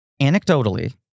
Anecdotally